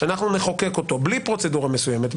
שאנחנו נחוקק אותו בלי פרוצדורה מסוימת,